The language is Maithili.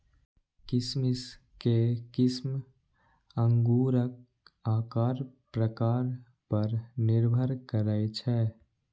किशमिश के किस्म अंगूरक आकार प्रकार पर निर्भर करै छै